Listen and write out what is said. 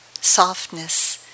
softness